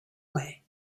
way